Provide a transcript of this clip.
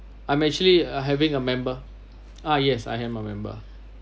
I'm actually uh having a member ah yes I am a member